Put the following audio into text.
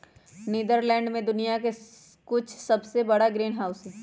Netherlands में दुनिया के कुछ सबसे बड़ा ग्रीनहाउस हई